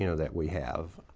you know that we have.